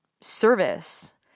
service